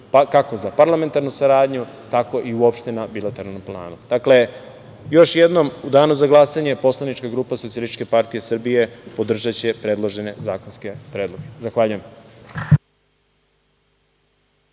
kako za parlamentarnu saradnju, tako i uopšte na bilateralnom planu. Dakle, još jednom, u danu za glasanje poslanička grupa Socijalistička partija Srbije podržaće predložene zakonske predloge. Zahvaljujem.